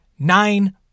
Nine